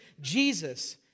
Jesus